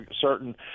certain